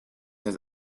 has